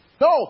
No